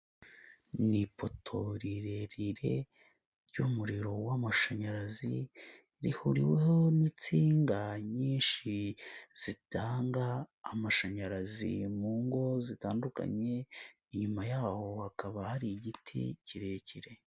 Ni ipoto rirerire ry'umuriro w'amashanyarazi rihuriweho n'insinga nyinshi zitanga amashanyarazi mu ngo zitandukanye, inyuma yaho hakaba hari igiti kirekire.